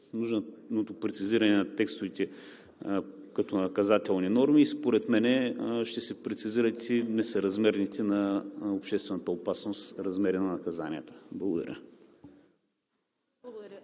нужното прецизиране на текстовете като наказателни норми според мен ще се прецизират и несъразмерните на обществената опасност размери на наказанията. Благодаря.